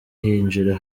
hinjira